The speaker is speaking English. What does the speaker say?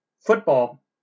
football